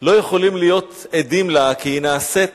לא יכולים להיות עדים לה, כי היא נעשית